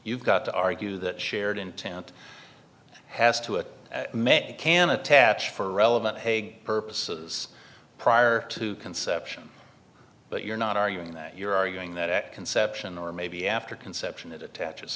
you've got to argue that shared intent has to a met can attach for relevant egg purposes prior to conception but you're not arguing that you're arguing that at conception or maybe after conception it attaches